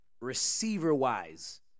receiver-wise